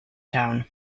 town